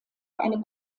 eine